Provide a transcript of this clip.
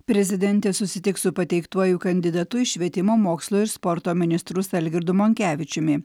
prezidentė susitiks su pateiktuoju kandidatu į švietimo mokslo ir sporto ministrus algirdu monkevičiumi